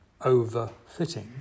overfitting